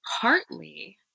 partly